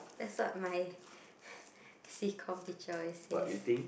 that's what my C-Comm teacher always say